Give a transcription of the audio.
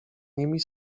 nimi